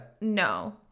No